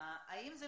אותנו?